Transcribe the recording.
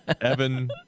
Evan